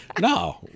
No